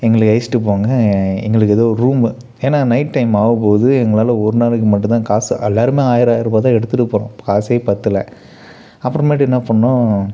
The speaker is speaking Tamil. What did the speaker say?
எங்களை அழைச்சிட்டு போங்க எங்களுக்கு எதோ ரூமு ஏன்னா நைட் டைம் ஆவப்போது எங்களால் ஒரு நாளைக்கு மட்டும்தான் காசு எல்லாருமே ஆயர ஆயரூபாதான் எடுத்துகிட்டு போனோம் காசே பத்தல அப்புறமேட்டு என்ன பண்ணோம்